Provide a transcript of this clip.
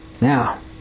Now